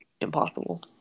impossible